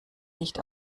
nicht